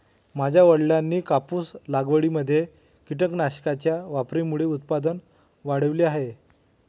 माझ्या वडिलांनी कापूस लागवडीमध्ये कीटकनाशकांच्या वापरामुळे उत्पादन वाढवले आहे